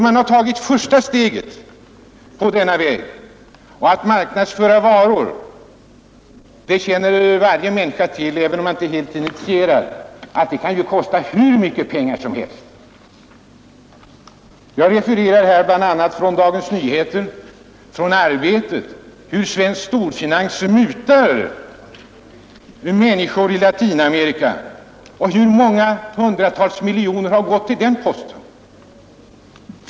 Man har tagit första steget på denna väg, och att marknadsföra varor — det känner varje människa till, även om hon inte är helt initierad — kan ju kosta hur mycket pengar som helst. Jag kan här referera bl.a. från Dagens Nyheter och Arbetet hur svensk storfinans mutar människor i Latinamerika. Hur många hundratal miljoner har gått till den posten?